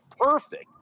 perfect